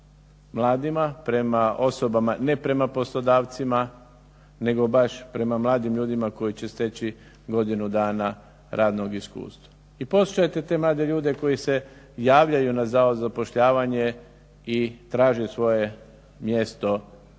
mladima, ne prema poslodavcima nego baš prema mladim ljudima koji će steći godinu dana radnog iskustva. I poslušajte te mlade ljude koji se javljaju na Zavod za zapošljavanje i traže svoje mjesto kod